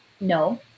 No